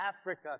Africa